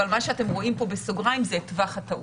אבל מה שאתם רואים פה בסוגריים זה את טווח הטעות.